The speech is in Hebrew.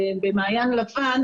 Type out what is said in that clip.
במעיין לבן,